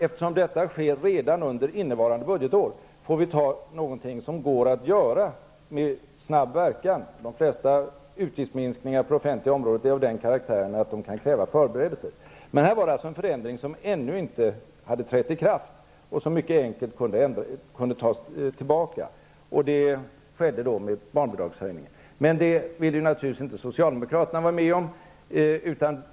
Eftersom detta sker redan under innevarande budgetår säger vi att vi får ta någonting som går att göra med snabb verkan. De flesta utgiftsminskningar på det offentliga området är av den karaktären att de kan kräva förberedelser. Men här var det fråga om en förändring som ännu inte hade trätt i kraft och som mycket enkelt kunde tas tillbaka. Så skedde med barnbidragshöjningen. Men detta ville naturligtvis inte socialdemokraterna vara med om.